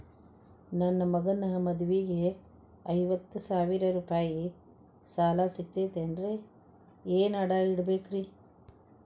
ನನ್ನ ಮಗನ ಮದುವಿಗೆ ಐವತ್ತು ಸಾವಿರ ರೂಪಾಯಿ ಸಾಲ ಸಿಗತೈತೇನ್ರೇ ಏನ್ ಅಡ ಇಡಬೇಕ್ರಿ?